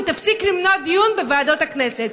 ותפסיק למנוע דיון בוועדות הכנסת.